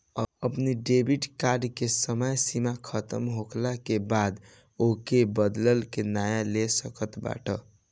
अपनी debit card के समय सीमा खतम होखला के बाद ओके बदल के नया ले सकत बाटअ